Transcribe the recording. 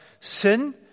sin